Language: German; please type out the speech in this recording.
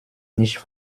nicht